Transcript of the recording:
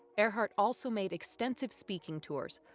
earhart also made extensive speaking tours,